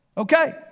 Okay